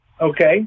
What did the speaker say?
Okay